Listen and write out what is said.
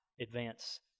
advance